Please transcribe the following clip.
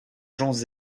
gens